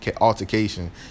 altercation